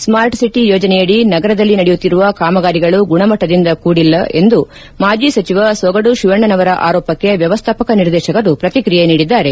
smart city ಯೋಜನೆಯಡಿ ನಗರದಲ್ಲಿ ನಡೆಯುತ್ತಿರುವ ಕಾಮಗಾರಿಗಳು ಗುಣಮಟ್ಟದಿಂದ ಕೂಡಿಲ್ಲ ಎಂದು ಮಾಜಿ ಸಚಿವ ಸೊಗಡು ಶಿವಣ್ಣನವರ ಆರೋಪಕ್ಷೆ ವ್ಯವಸ್ಥಾಪಕ ನಿರ್ದೇತಕರು ಪ್ರತಿಕ್ರಿಯೆ ನೀಡಿದ್ದಾರೆ